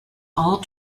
all